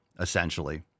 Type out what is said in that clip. essentially